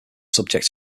subject